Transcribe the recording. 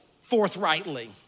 forthrightly